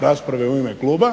rasprave u ime kluba